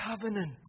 covenant